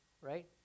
right